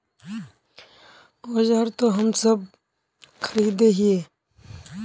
औजार तो हम सब खरीदे हीये?